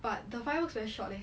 but the fireworks very short leh